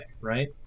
right